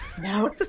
No